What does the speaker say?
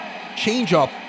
Changeup